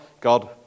God